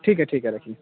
ٹھیک ہے ٹھیک ہے رکھیے